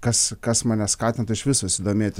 kas kas mane skatintų išvis susidomėti